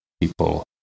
people